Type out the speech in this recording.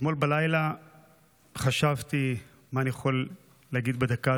אתמול בלילה חשבתי מה אני יכול להגיד בדקה